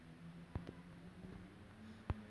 I have to say lah football was a very